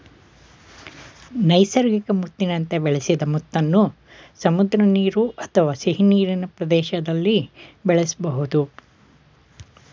ನೈಸರ್ಗಿಕ ಮುತ್ತಿನಂತೆ ಬೆಳೆಸಿದ ಮುತ್ತನ್ನು ಸಮುದ್ರ ನೀರು ಅಥವಾ ಸಿಹಿನೀರಿನ ಪ್ರದೇಶ್ದಲ್ಲಿ ಬೆಳೆಸ್ಬೋದು